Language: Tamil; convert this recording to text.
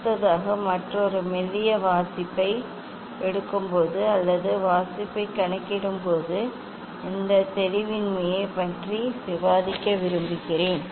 அடுத்ததாக மற்றொரு மெல்லிய வாசிப்பை எடுக்கும்போது அல்லது வாசிப்பைக் கணக்கிடும்போது இந்த தெளிவின்மையைப் பற்றி விவாதிக்க விரும்புகிறேன்